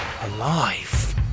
alive